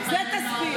איך הגעת לקדיש,